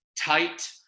tight